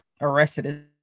arrested